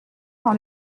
dans